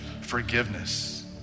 forgiveness